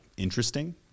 interesting